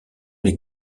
les